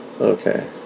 okay